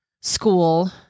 school